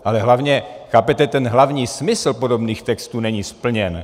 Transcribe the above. Ale chápete, ten hlavní smysl podobných textů není splněn.